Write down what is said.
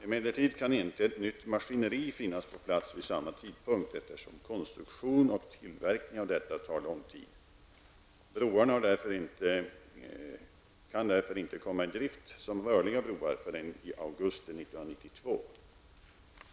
Emellertid kan inte ett nytt maskineri finnas på plats vid samma tidpunkt eftersom konstruktion och tillverkning av detta tar lång tid. Broarna kan därför inte komma i drift som rörliga broar förrän i augusti 1992.